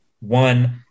one